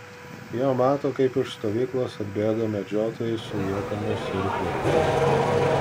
jie mato kaip iš stovyklos atbėga medžiotojai su ietimis ir kirviais